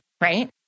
right